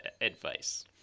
advice